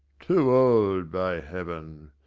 too old, by heaven!